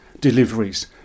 deliveries